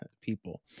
people